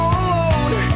alone